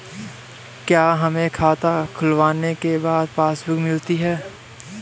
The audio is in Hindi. क्या हमें खाता खुलवाने के बाद पासबुक मिलती है?